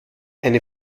eine